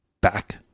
back